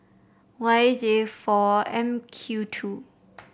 Y J four M Q two